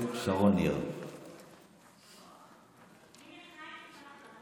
מדינת ישראל מס' 1 בעולם בקטיעת איברים,